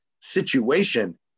situation